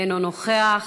אינו נוכח.